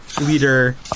leader